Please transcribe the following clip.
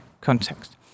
context